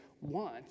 want